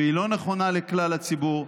והיא לא נכונה לכלל הציבור,